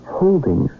holding